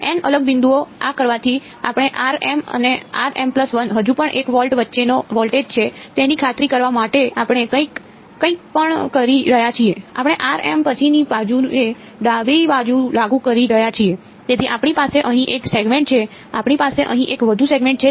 N અલગ બિંદુઓ આ કરવાથી આપણે r m અને હજુ પણ 1 વોલ્ટ વચ્ચેનો વોલ્ટેજ છે તેની ખાતરી કરવા માટે આપણે કંઈ પણ કરી રહ્યા છીએ આપણે પછીની બાજુએ ડાબી બાજુ લાગુ કરી રહ્યા છીએ તેથી આપણી પાસે અહીં એક સેગમેન્ટ છે આપણી પાસે અહીં એક વધુ સેગમેન્ટ છે